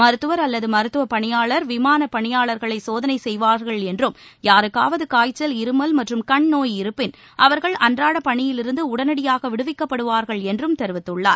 மருத்துவர் அல்லது மருத்துவ பணியாளர் விமான பணியாளர்களை சோதனை செய்வார்கள் என்றும் யாருக்காவது காய்ச்சல் இருமல் மற்றும் கண் நோய் இருப்பின் அவர்கள் அன்றாட பணியிலிருந்து உடனடியாக விடுவிக்கப்படுவார்கள் என்றும் தெரிவித்துள்ளார்